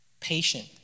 patient